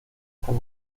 artes